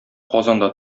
казанда